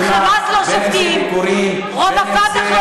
ה"חמאס" לא שובתים, רוב ה"פתח"